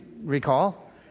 recall